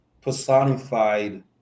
personified